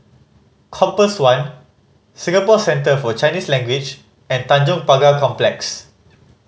Compass One Singapore Center For Chinese Language and Tanjong Pagar Complex